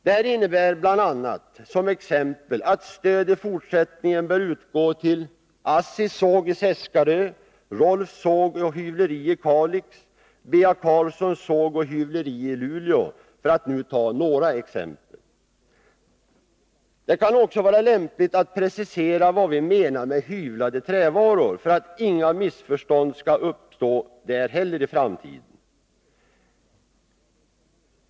Detta innebär bl.a. att stöd i fortsättningen bör utgå till ASSI:s såg i Seskarö, Rolfs såg och hyvleri i Kalix, B. A. Karlssons såg och hyvleri i Luleå för att ta några exempel. Det kan också vara lämpligt att precisera vad vi menar med hyvlade trävaror, så att inga missförstånd skall behöva uppstå i framtiden.